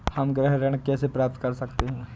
हम गृह ऋण कैसे प्राप्त कर सकते हैं?